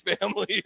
family